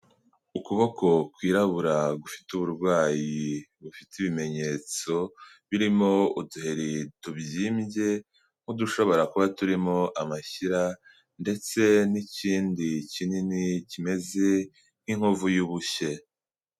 Ukuboko kwirabura gufite uburwayi bufite ibimenyetso birimo uduheri tubyimbye nk'udushobora kuba turimo amashyira, ndetse n'ikindi kinini kimeze nk'inkovu y'ubushye.